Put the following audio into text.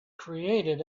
created